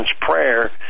prayer